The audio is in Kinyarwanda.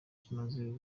kimaze